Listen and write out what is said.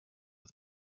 with